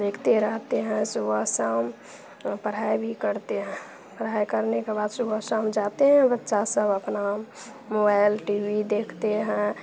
देखते रहते हैं सुबह शाम पढ़ाई भी करते हैं पढ़ाई करने के बाद सुबह शाम जाते हैं बच्चा सब अपना मोबाइल टी वी देखते हैं